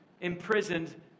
imprisoned